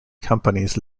companies